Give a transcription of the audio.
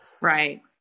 Right